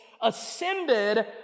ascended